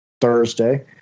thursday